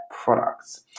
products